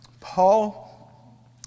Paul